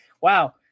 Wow